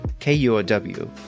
KUOW